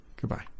Goodbye